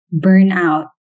burnout